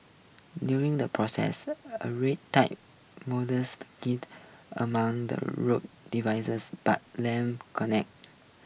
during the process a read die the amount the road dividers but Lam connect